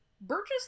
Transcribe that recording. Burgess